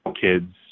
kids